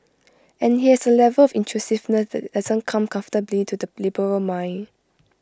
and IT has A level of intrusiveness that doesn't come comfortably to the liberal mind